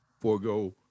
forego